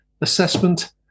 assessment